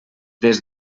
des